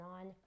on